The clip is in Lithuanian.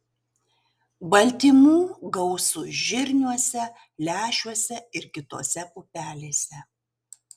baltymų gausu žirniuose lęšiuose ir kitose pupelėse